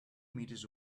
meters